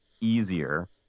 easier